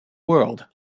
world